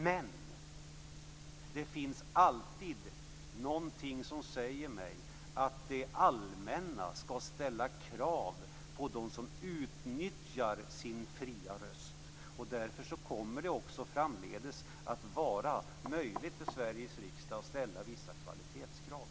Men det finns alltid någonting som säger mig att det allmänna skall ställa krav på dem som utnyttjar sin fria röst. Därför kommer det också framdeles att vara möjligt för Sveriges riksdag att ställa vissa kvalitetskrav.